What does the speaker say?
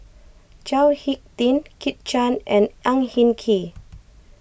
Chao Hick Tin Kit Chan and Ang Hin Kee